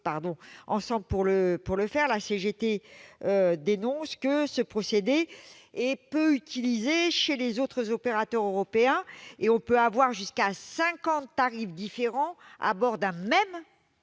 la CGT relève que ce procédé est peu utilisé chez les autres opérateurs européens et que l'on peut avoir jusqu'à cinquante tarifs différents à bord d'un même TGV